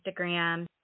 Instagram